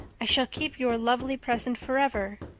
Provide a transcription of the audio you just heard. i shall keep your lovely present forever.